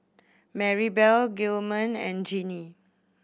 Maribel Gilman and Jeanie